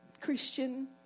Christian